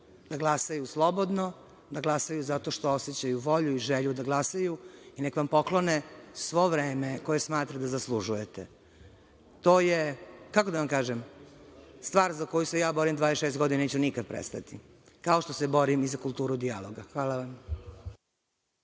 da glasaju slobodno, da glasaju zato što osećaju volju i želju da glasaju i neka vam poklone svo vreme koje smatrate da zaslužujete. To je, kako da vam kažem, stvar za koju se ja borim 26 godina i neću nikada prestati, kao što se borim i za kulturu dijaloga. Hvala vam.